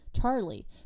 Charlie